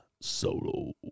solo